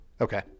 Okay